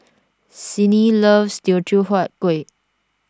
Sydni loves Teochew Huat Kueh